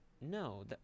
No